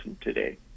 today